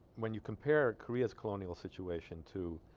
when you compare koreas colonial situation to